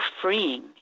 freeing